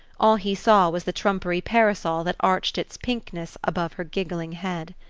all he saw was the trumpery parasol that arched its pinkness above her giggling head.